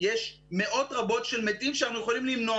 יש מאות רבות של מתים שאנחנו יכולים למנוע